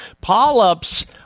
Polyps